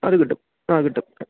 അത് കിട്ടും ആ കിട്ടും